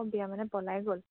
অঁ বিয়া মানে পলাই গ'ল